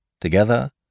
Together